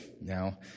Now